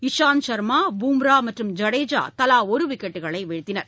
இசாந்த் சர்மா பும்ராமற்றும் ஜடேஜாதலாஒருவிக்கெட்டுகளைவீழ்த்தினர்